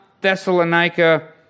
Thessalonica